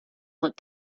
let